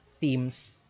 themes